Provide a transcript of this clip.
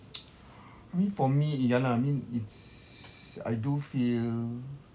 I mean for me ya lah I mean it's I do feel